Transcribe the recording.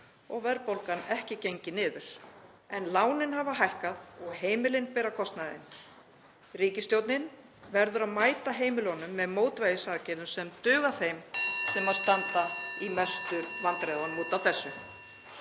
og verðbólgan ekki gengið niður. En lánin hafa hækkað og heimilin bera kostnaðinn. Ríkisstjórnin verður að mæta heimilunum með mótvægisaðgerðum sem duga þeim sem standa í mestu vandræðunum út af þessu.